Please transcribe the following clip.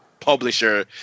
Publisher